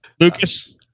Lucas